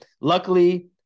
Luckily